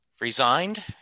Resigned